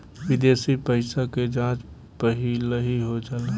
विदेशी पइसा के जाँच पहिलही हो जाला